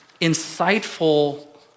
insightful